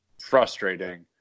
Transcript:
frustrating